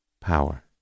power